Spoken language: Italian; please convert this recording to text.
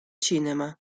cinema